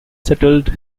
settled